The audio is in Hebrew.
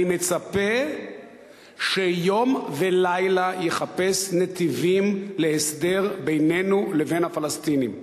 אני מצפה שיום ולילה יחפש נתיבים להסדר בינינו לבין הפלסטינים.